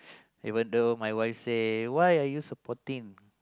even though my wife say why are you supporting